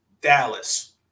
Dallas